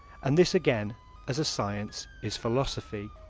and this again as a science is philosophy,